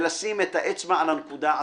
ולשים את האצבע על הנקודה עצמה.